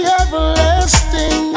everlasting